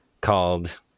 called